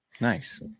Nice